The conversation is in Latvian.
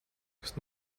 kas